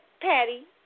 Patty